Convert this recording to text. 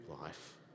life